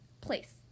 place